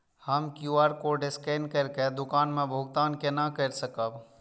हम QR code scan करके दुकान में भुगतान केना कर सकब?